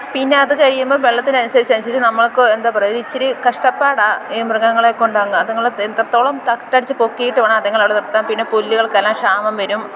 പിന്നെ അത് കഴിയുമ്പം വെള്ളത്തിനനുസരിച്ചനുസരിച്ച് നമ്മള്ക്ക് എന്താ പറയുക ഒരു ഇച്ചിരി കഷ്ടപ്പാടാ ഈ മൃഗങ്ങളെ കൊണ്ട് അങ്ങ് അതുങ്ങൾ എത്രത്തോളോം തട്ടടിച്ച് പൊക്കിയിട്ട് വേണം അതുങ്ങൾ അവിടെ നിര്ത്താന് പിന്നെ പുല്ല്കള്ക്കെല്ലാം ക്ഷാമം വരും